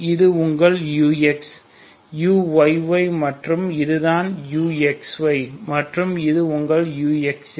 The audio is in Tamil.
இது உங்கள் ux uyy மற்றும் இது உங்கள் uxy மற்றும் இது உங்கள் uxx